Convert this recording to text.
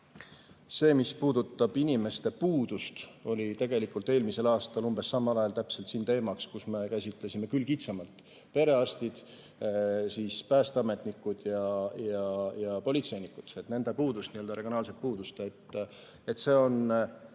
See, mis puudutab inimeste puudust, oli tegelikult eelmisel aastal umbes samal ajal siin teemaks, kui me käsitlesime küll kitsamalt perearstide, päästeametnike ja politseinike puudust, n-ö regionaalset puudust. See on